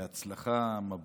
בהצלחה, מברוכ.